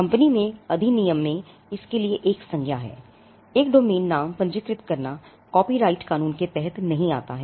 company के अधिनियम में इसके लिए एक संज्ञा है एक डोमेन नाम पंजीकृत करना कॉपीराइट कानून के तहत नहीं आता है